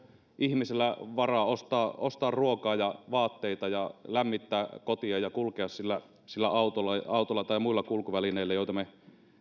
ihmisillä varaa ostaa ostaa ruokaa ja vaatteita ja lämmittää kotia ja kulkea sillä sillä autolla tai muilla kulkuvälineillä joita me